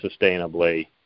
sustainably